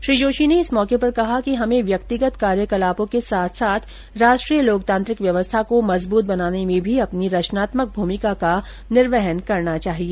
श्री जोशी ने इस मौके पर कहा कि हमें व्यक्तिगत कार्यकलापों के साथ साथ राष्ट्रीय लोकतांत्रिक व्यवस्था को मजबूत बनाने में भी अपनी रचनात्मक भूमिका का निर्वहन करना चाहिए